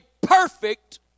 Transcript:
perfect